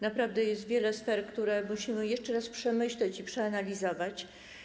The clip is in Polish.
Naprawdę jest wiele sfer, które musimy jeszcze raz przemyśleć i przeanalizować.